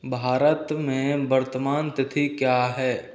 भारत में वर्तमान तिथि क्या है